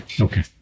Okay